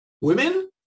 Women